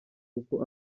uko